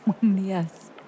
Yes